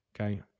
Okay